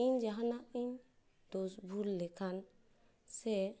ᱤᱧ ᱡᱟᱦᱟᱱᱟᱜ ᱤᱧ ᱫᱳᱥ ᱵᱷᱩᱞ ᱞᱮᱠᱷᱟᱱ ᱥᱮ